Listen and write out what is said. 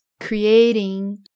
creating